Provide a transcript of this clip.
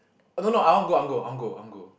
I don't know I want go I want go I want go I want go